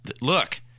Look